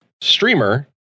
Streamer